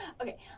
Okay